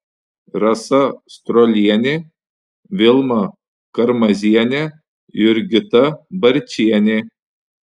rasa strolienė vilma karmazienė jurgita barčienė